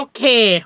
Okay